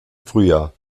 frühjahr